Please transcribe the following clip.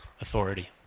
authority